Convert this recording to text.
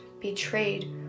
betrayed